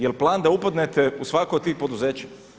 Je li plan da upadnete u svako od tih poduzeća?